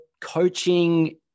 coaching